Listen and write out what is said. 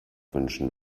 wünschen